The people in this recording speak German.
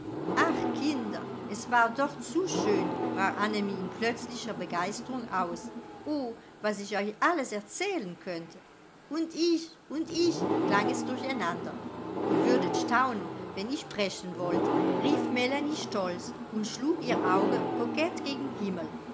ach kinder es war doch zu schön brach annemie in plötzlicher begeisterung aus o was ich euch alles erzählen könnte und ich und ich klang es durcheinander ihr würdet staunen wenn ich sprechen wollte rief melanie stolz und schlug ihr auge kokett gen himmel